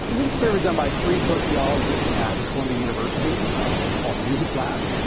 is an experiment done by three sociologists at columbia university called music lab.